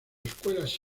escuelas